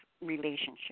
relationship